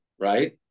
right